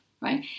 right